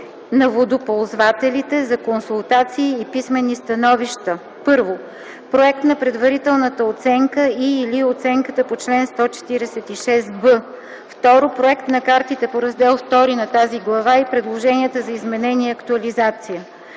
на водоползвателите, за консултации и писмени становища: 1. проект на предварителната оценка и/или оценката по чл. 146б; 2. проект на картите по Раздел ІІ на тази глава и предложенията за изменение и актуализация;